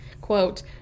quote